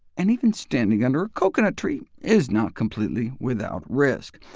and even standing under a coconut tree is not completely without risk.